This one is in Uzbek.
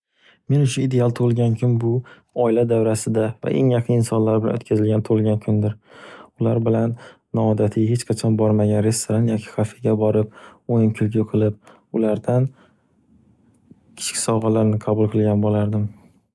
Men uchun ideal tug'ilgan kun bu oila davrasida va eng yaqin insonlar bilan o'tkazilgan tug'ilgan kundir. Ular bilan noodatiy hech qachon bormagan restoran yoki kafega borib o'yin-kulgi qilib ulardan kichik sovg'alarni qabul qilgan bo'lardim.